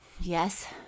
Yes